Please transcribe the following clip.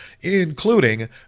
including